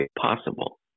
possible